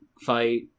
fight